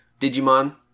Digimon